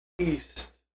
East